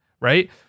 right